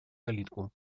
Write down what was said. калитку